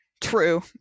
True